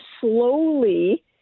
slowly